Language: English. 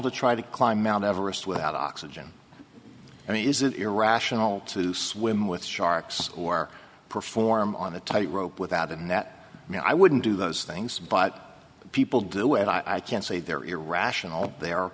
to try to climb mount everest without oxygen i mean is it irrational to swim with sharks or perform on a tight rope without them that you know i wouldn't do those things but people do it i can't say they're irrational the